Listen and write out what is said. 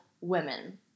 women